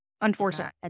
Unfortunate